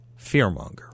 fearmonger